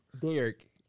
Derek